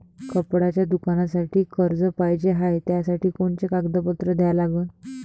कपड्याच्या दुकानासाठी कर्ज पाहिजे हाय, त्यासाठी कोनचे कागदपत्र द्या लागन?